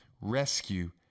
rescue